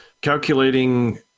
calculating